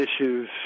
issues